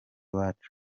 iwacu